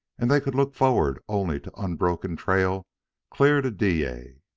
and they could look forward only to unbroken trail clear to dyea.